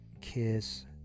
Kiss